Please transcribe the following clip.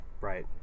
Right